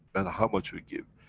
and how much we give.